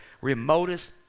remotest